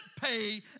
pay